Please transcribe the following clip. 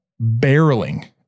barreling